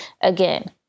Again